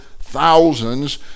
thousands